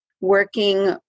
working